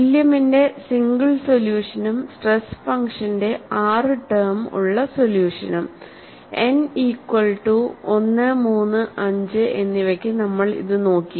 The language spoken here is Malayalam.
വില്യമിന്റെ സിംഗിൾ സൊല്യൂഷനും സ്ട്രെസ് ഫംഗ്ഷന്റെ ആറ് ടേം ഉള്ള സൊല്യൂഷനും nഈക്വൽ റ്റു 1 3 5 എന്നിവയ്ക്ക് നമ്മൾ ഇത് നോക്കി